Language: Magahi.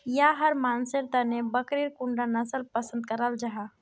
याहर मानसेर तने बकरीर कुंडा नसल पसंद कराल जाहा?